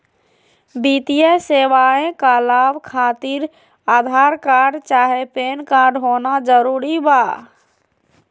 वित्तीय सेवाएं का लाभ खातिर आधार कार्ड चाहे पैन कार्ड होना जरूरी बा?